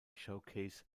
showcase